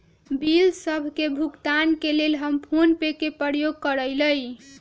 bill सभ के भुगतान के लेल हम फोनपे के प्रयोग करइले